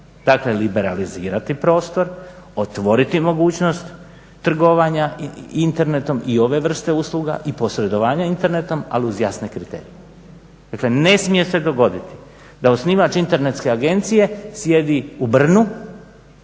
Dakle, liberalizirati prostor, otvoriti mogućnost trgovanja internetom i ove vrste usluga i posredovanja internetom, ali uz jasne kriterije. Dakle, ne smije se dogoditi da osnivač internetske agencije sjedi u Brnu,